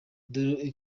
dore